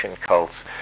cults